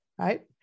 right